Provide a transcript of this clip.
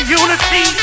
unity